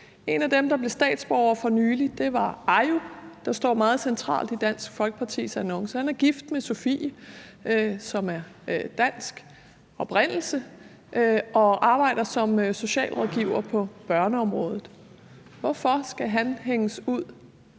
En af dem, der blev statsborger for nylig, var Ayoub, der står meget centralt i Dansk Folkepartis annonce. Han er gift med Sofie, som er af dansk oprindelse, og arbejder som socialrådgiver på børneområdet. Hvorfor skal han hænges ud